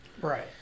Right